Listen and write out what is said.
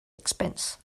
expense